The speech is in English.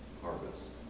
harvest